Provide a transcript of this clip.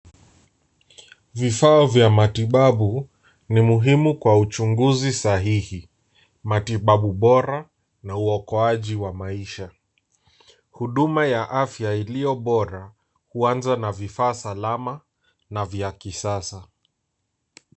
Vifaa vya matibabu ni muhimu kwa uchunguzi sahihi, matibabu bora na uokoaji wa maisha. Huduma ya afya iliyo bora huanza na vifaa salama na vya kisasa.